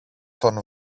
τον